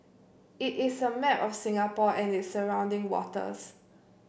it is a map of Singapore and its surrounding waters